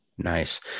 Nice